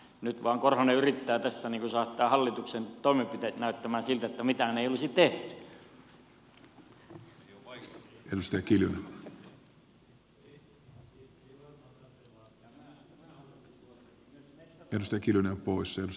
nyt vain korhonen yrittää tässä saattaa hallituksen toimenpiteet näyttämään siltä että mitään ei olisi tehty